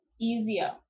easier